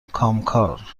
کامکار